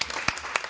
Hvala